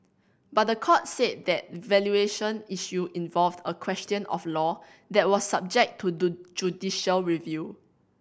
but the court said the valuation issue involved a question of law that was subject to judicial review